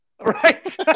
Right